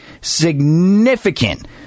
significant